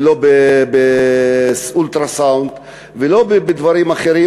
לא באולטרה-סאונד ולא בדברים אחרים,